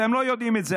אתם לא יודעים את זה,